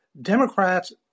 Democrats